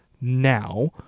now